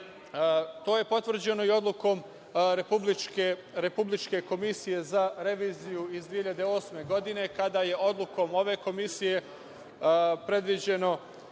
To je potvrđeno i odlukom Republičke komisije za reviziju iz 2008. godine, kada je odlukom ove komisije predviđeno